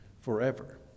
forever